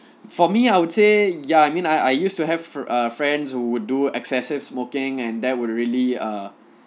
for me I would say ya I mean I I used to have ah friends who would do excessive smoking and that would really uh